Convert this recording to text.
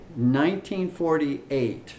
1948